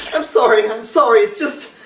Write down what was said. i'm sorry, i'm sorry, it's just,